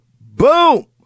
boom